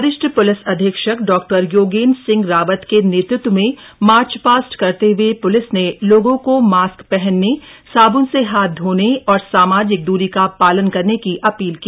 वरिष्ठ प्लिस अधीक्षक डॉक्टर योगेंद्र सिंह रावत के नेतृत्व में मार्च पास्ट करते हुए प्लिस ने लोगों को मास्क पहनने साबुन से हाथ धोने और सामाजिक दूरी का पालन करने की अपील की